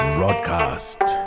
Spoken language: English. Broadcast